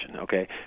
okay